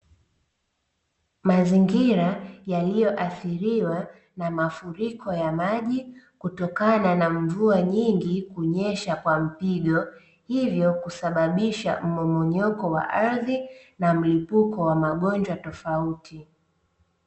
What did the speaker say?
Mazingira yaliyoathiriwa na mafuriko ya maji, kutokana na mvua nyingi kunyesha kwa mpigo, hivyo kusababisha mmomonyoko wa ardhi na mlipuko wa magonjwa tofauti.